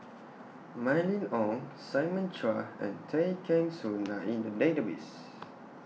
Mylene Ong Simon Chua and Tay Kheng Soon Are in The Database